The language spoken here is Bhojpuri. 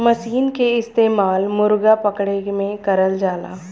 मसीन के इस्तेमाल मुरगा पकड़े में करल जाला